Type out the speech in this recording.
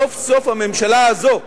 סוף-סוף הממשלה הזו,